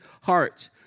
hearts